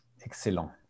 Excellent